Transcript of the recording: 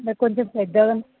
అంటే కొంచెం పెద్దగా